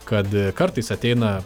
kad kartais ateina